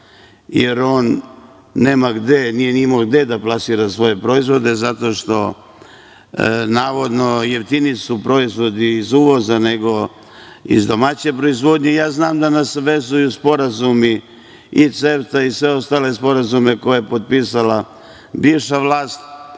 gde, nije ni imao gde da plasira svoje proizvode, zato što su navodno jeftiniji proizvodi iz uvoza nego iz domaće proizvodnje. Znam da nas vezuju sporazumi i CEFTA i svi ostali sporazumi koje je potpisala bivša vlast,